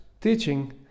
teaching